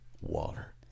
Water